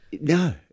No